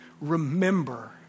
remember